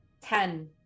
Ten